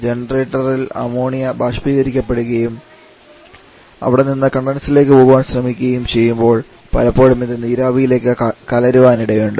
ജനറേറ്ററിൽ അമോണിയ ബാഷ്പീകരിക്കപ്പെടുകയും അവിടെ നിന്ന് കണ്ടൻസറിലേക്ക് പോകാൻ ശ്രമിക്കുകയും ചെയ്യുമ്പോൾ പലപ്പോഴും ഇത് നീരാവിയിലേക്ക് കലരാൻ ഇടയുണ്ട്